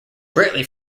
greatly